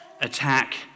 attack